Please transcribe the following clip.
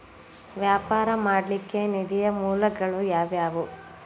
ವ್ಯಾಪಾರ ಮಾಡ್ಲಿಕ್ಕೆ ನಿಧಿಯ ಮೂಲಗಳು ಯಾವ್ಯಾವು?